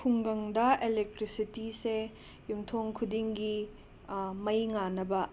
ꯈꯨꯡꯒꯪꯗ ꯑꯦꯂꯦꯛꯇ꯭ꯔꯤꯁꯤꯇꯤꯁꯦ ꯌꯨꯝꯊꯣꯡ ꯈꯨꯗꯤꯡꯒꯤ ꯃꯩ ꯉꯥꯟꯅꯕ